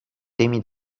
temi